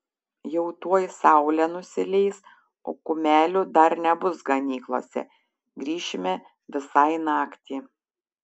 jau tuoj saulė nusileis o kumelių dar nebus ganyklose grįšime visai naktį